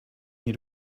year